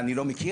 מה אני לא מכיר?